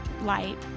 light